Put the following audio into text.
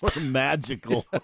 magical